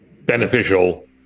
beneficial